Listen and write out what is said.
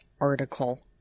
article